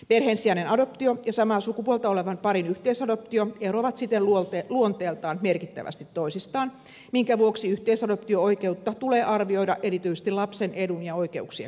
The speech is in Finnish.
perheen sisäinen adoptio ja samaa sukupuolta olevan parin yhteisadoptio eroavat siten luonteeltaan merkittävästi toisistaan minkä vuoksi yhteisadoptio oikeutta tulee arvioida erityisesti lapsen edun ja oikeuksien kannalta